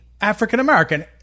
African-American